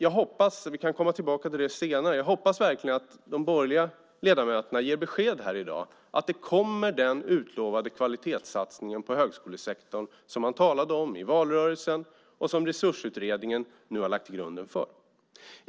Jag hoppas verkligen - vi kan komma tillbaka till det senare - att de borgerliga ledamöterna ger besked här i dag om att den utlovade kvalitetssatsningen kommer som man talade om i valrörelsen och som Resursutredningen nu har lagt grunden för.